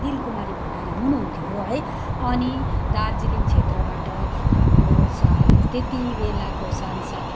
दिलकुमारी भण्डारी हुनुहुन्थ्यो है अनि दार्जिलिङ क्षेत्रबाट हाम्रो सा त्यति बेलाको सांसद